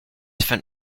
event